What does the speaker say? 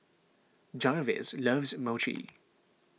Jarvis loves Mochi